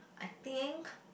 I think